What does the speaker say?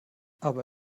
aber